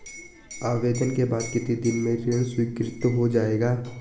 आवेदन के बाद कितने दिन में ऋण स्वीकृत हो जाएगा?